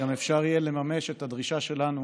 גם אפשר יהיה לממש את הדרישה שלנו